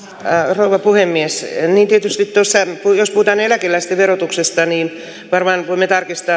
rouva puhemies tietysti jos puhutaan eläkeläisten verotuksesta varmaan voimme